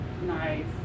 Nice